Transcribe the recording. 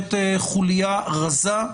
נותרת חוליה רזה,